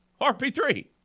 RP3